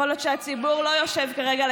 יכול להיות שהציבור לא יושב כרגע על